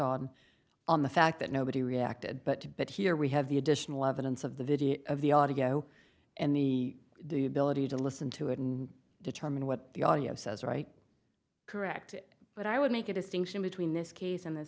on the fact that nobody reacted but to but here we have the additional evidence of the video of the audio and the the ability to listen to it and determine what the audio says right correct but i would make a distinction between this case in the